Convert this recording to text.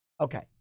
Okay